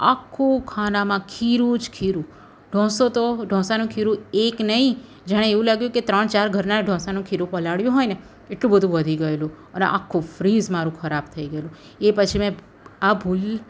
આખું ખાનામાં ખીરું જ ખીરું ઢોસો તો ઢોસાનુ ખીરું એક નહીં જાણે એવું લાગ્યું કે ત્રણ ચાર ઘરના ઢોસાનું ખીરું પલાળ્યું હોય ને એટલું બધું વધી ગયેલું અને આખું ફ્રિજ મારું ખરાબ થઈ ગયેલું એ પછી મેં આ ભૂલ